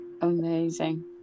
Amazing